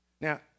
Now